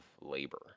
labor